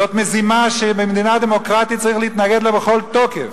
זאת מזימה שבמדינה דמוקרטית צריך להתנגד לה בכל תוקף.